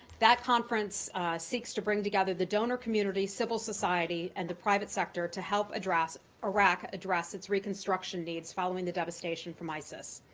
that conference seeks to bring together the donor community, civil society, and the private sector to help address iraq address its reconstruction needs following the devastation from isis.